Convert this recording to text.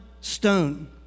Stone